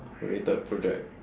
related project